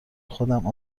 خودم